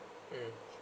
mm